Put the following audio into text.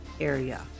area